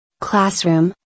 Classroom